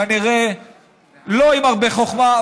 כנראה לא עם הרבה חוכמה,